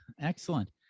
Excellent